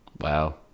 Wow